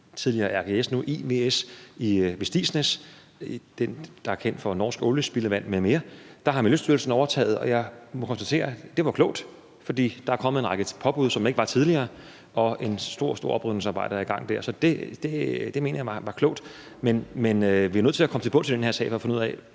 tidligere hed RGS Nordic, nu IWS, ved Stigsnæs, som er kendt for norsk oliespildevand m.m. Der har Miljøstyrelsen overtaget, og jeg må konstatere, at det var klogt, for der er kommet en række påbud, der ikke var kommet tidligere, og et stort, stort oprydningsarbejde er i gang der, så det mener jeg var klogt. Men vi er nødt til at komme til bunds i den her sag for at finde ud af,